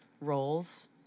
roles